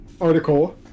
article